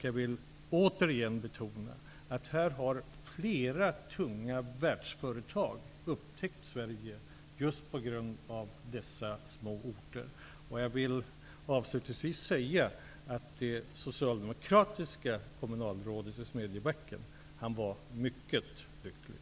Jag vill återigen betona att flera tunga världsföretag har upptäckt Sverige just på grund av dessa små orter. Jag vill avslutningsvis säga att det socialdemokratiska kommunalrådet i Smedjebacken var mycket lycklig.